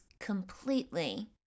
completely